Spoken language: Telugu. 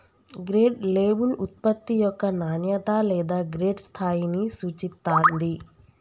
గ్రేడ్ లేబుల్ ఉత్పత్తి యొక్క నాణ్యత లేదా గ్రేడ్ స్థాయిని సూచిత్తాంది